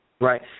Right